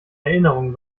erinnerungen